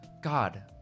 God